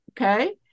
Okay